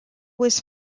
was